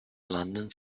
london